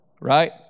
right